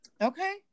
Okay